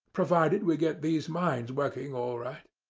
provided we get these mines working all right.